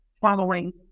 following